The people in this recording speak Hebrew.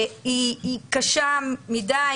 היא קשה מדי,